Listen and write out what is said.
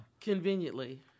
Conveniently